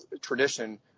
tradition